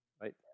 right